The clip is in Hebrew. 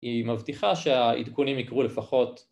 היא מבטיחה שהעדכונים יקרו לפחות